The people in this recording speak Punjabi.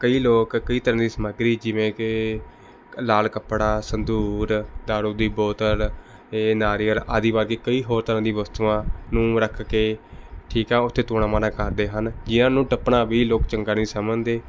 ਕਈ ਲੋਕ ਕਈ ਤਰ੍ਹਾਂ ਦੀ ਸਮੱਗਰੀ ਜਿਵੇਂ ਕਿ ਲਾਲ ਕੱਪੜਾ ਸਿੰਧੂਰ ਦਾਰੂ ਦੀ ਬੋਤਲ ਅਤੇ ਨਾਰੀਅਲ ਆਦਿਵਾਦੀ ਕਈ ਹੋਰ ਤਰਾਂ ਦੀ ਵਸਤੂਆਂ ਨੂੰ ਰੱਖ ਕੇ ਠੀਕ ਹੈ ਉੱਥੇ ਟੂਣਾ ਮਾਣਾ ਕਰਦੇ ਹਨ ਜਿਨ੍ਹਾਂ ਨੂੰ ਟੱਪਣਾ ਵੀ ਲੋਕ ਚੰਗਾ ਨਹੀਂ ਸਮਝਦੇ